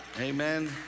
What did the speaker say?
Amen